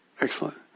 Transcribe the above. excellent